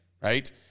right